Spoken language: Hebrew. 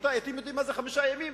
רבותי, אתם יודעים מה זה חמישה ימים?